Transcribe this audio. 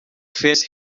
face